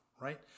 right